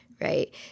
right